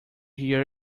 hear